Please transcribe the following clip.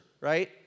right